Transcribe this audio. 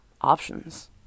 options